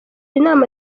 inama